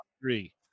three